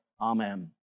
Amen